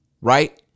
right